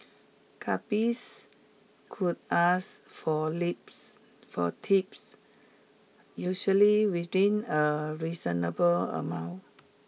cabbies could ask for lips for tips usually within a reasonable amount